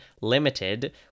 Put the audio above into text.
limited